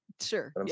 Sure